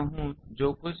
यह जो कुछ भी है